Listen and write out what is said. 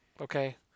okay